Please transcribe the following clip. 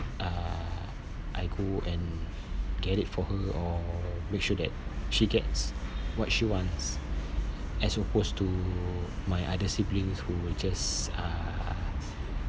uh I go and get it for her or make sure that she gets what she wants as opposed to my other siblings who just uh